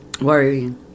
Worrying